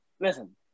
listen